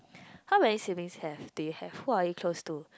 how many siblings you have do you have who are you close to